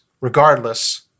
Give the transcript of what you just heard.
Regardless